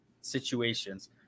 situations